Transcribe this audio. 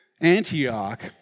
Antioch